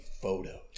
photos